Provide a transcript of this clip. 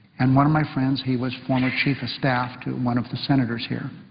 and one of my friends, he was former chief of staff to one of the senators here,